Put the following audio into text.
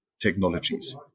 technologies